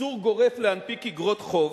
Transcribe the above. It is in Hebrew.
איסור גורף להנפיק איגרות חוב,